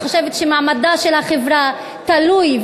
אני חושבת שמעמדה של החברה תלוי,